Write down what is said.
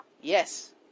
Yes